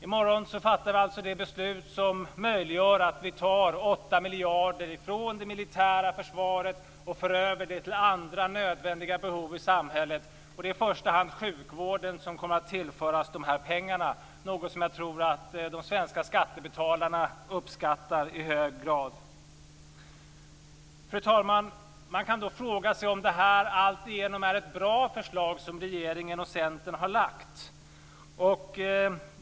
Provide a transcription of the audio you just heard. I morgon fattar vi alltså det beslut som möjliggör att vi tar 8 miljarder från det militära försvaret och för över det till andra nödvändiga behov i samhället. Det är i första hand sjukvården som kommer att tillföras pengarna - något som jag tror att de svenska skattebetalarna uppskattar i hög grad. Fru talman! Man kan då fråga sig om det alltigenom är ett bra förslag som regeringen och Centern har lagt fram.